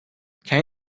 can